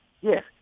Yes